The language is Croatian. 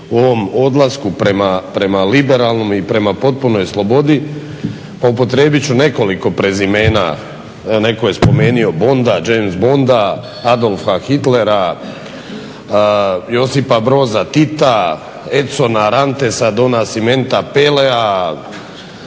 u ovom odlasku prema liberalnom i prema potpunoj slobodi pa upotrijebit ću nekoliko prezimena. Netko je spomenuo Bonda, James Bonda, Adolfa Hitlera, Josipa Broza Tita, Epsona, Rantesa, Don Asimenta, Pelea,